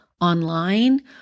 online